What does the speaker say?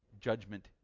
judgment